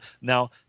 now